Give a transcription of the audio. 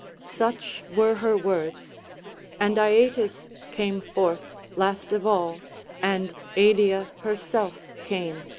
such were her words and aeetes came forth last of all and eidyia herself came,